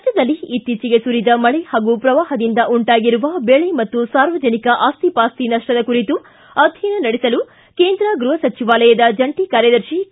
ರಾಜ್ಞದಲ್ಲಿ ಇತ್ತೀಚೆಗೆ ಸುರಿದ ಮಳೆ ಹಾಗೂ ಪ್ರವಾಹದಿಂದ ಉಂಟಾಗಿರುವ ಬೆಳೆ ಮತ್ತು ಸಾರ್ವಜನಿಕ ಆಸ್ತಿಪಾಸ್ತಿ ನಷ್ಷದ ಕುರಿತು ಅಧ್ಯಯನ ನಡೆಸಲು ಕೇಂದ್ರ ಗೃಹ ಸಚಿವಾಲಯದ ಜಂಟ ಕಾರ್ಯದರ್ಶಿ ಕೆ